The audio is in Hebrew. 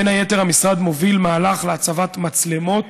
בין היתר, המשרד מוביל מהלך להצבת מצלמות